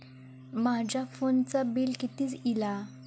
माझ्या फोनचा बिल किती इला?